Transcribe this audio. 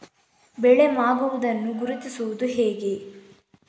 ಬೆಳೆ ಮಾಗುವುದನ್ನು ಗುರುತಿಸುವುದು ಹೇಗೆ?